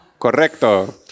Correcto